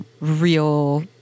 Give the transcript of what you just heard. real